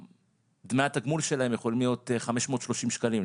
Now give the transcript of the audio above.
דמי התגמול שלהם יכולים להיות 530 שקלים,